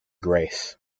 grace